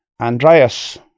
Andreas